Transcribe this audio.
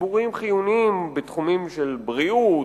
ציבוריים חיוניים בתחומים של בריאות,